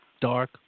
dark